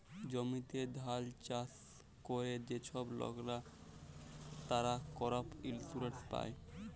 জমিতে ধাল চাষ ক্যরে যে ছব লকরা, তারা করপ ইলসুরেলস পায়